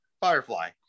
firefly